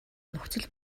нөхцөл